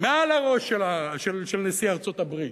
מעל לראש של נשיא ארצות-הברית,